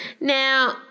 Now